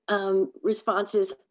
responses